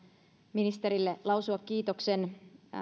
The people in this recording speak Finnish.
ministerille lausua kiitoksen